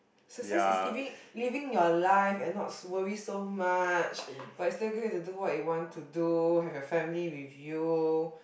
success is living living your life and not so worry not worry so much but you still get to do what you want to do have your family with you